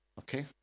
Okay